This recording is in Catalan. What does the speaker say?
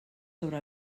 sobre